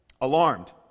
Alarmed